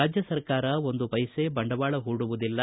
ರಾಜ್ಯ ಸರಕಾರ ಒಂದು ಪೈಸೆ ಬಂಡವಾಳ ಹೂಡುವುದಿಲ್ಲ